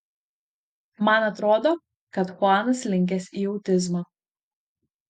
man atrodo kad chuanas linkęs į autizmą